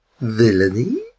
villainy